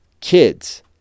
kids